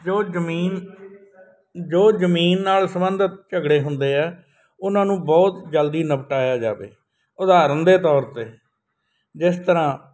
ਜੋ ਜ਼ਮੀਨ ਜੋ ਜ਼ਮੀਨ ਨਾਲ ਸੰਬੰਧਿਤ ਝਗੜੇ ਹੁੰਦੇ ਆ ਉਹਨਾਂ ਨੂੰ ਬਹੁਤ ਜਲਦੀ ਨਿਪਟਾਇਆ ਜਾਵੇ ਉਦਾਹਰਨ ਦੇ ਤੌਰ 'ਤੇ ਜਿਸ ਤਰ੍ਹਾਂ